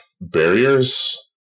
barriers